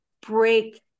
break